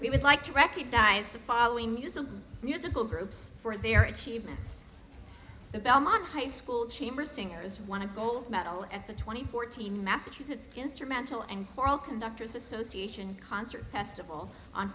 we would like to recognize the following use a musical groups for their achievements the belmont high school chamber singers want to gold medal at the twenty fourteen massachusetts instrumental and for all conductors association concert festival on